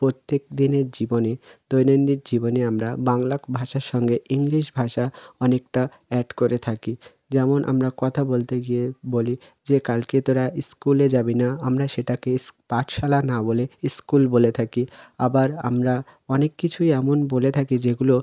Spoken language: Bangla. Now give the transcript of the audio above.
প্রত্যেক দিনের জীবনে দৈনন্দিন জীবনে আমরা বাংলা ভাষার সঙ্গে ইংলিশ ভাষা অনেকটা অ্যাড করে থাকি যেমন আমরা কথা বলতে গিয়ে বলি যে কালকে তোরা স্কুলে যাবি না আমরা সেটাকে পাঠশালা না বলে স্কুল বলে থাকি আবার আমরা অনেক কিছুই এমন বলে থাকি যেগুলো